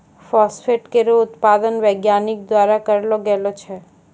phosphate केरो उत्पादन वैज्ञानिक द्वारा करलो गेलो छै